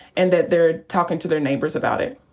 and that they're talking to their neighbors about it.